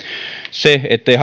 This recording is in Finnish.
se ettei